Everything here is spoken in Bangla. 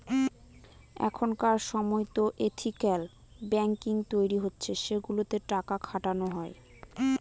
এখনকার সময়তো এথিকাল ব্যাঙ্কিং তৈরী হচ্ছে সেগুলোতে টাকা খাটানো হয়